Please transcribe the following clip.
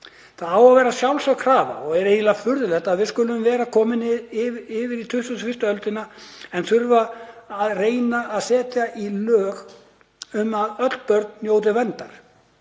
Það á að vera sjálfsögð krafa. Það er eiginlega furðulegt að við skulum vera komin yfir í 21. öldina en þurfa að reyna að setja í lög að öll börn njóti verndar.